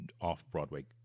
off-Broadway